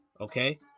Okay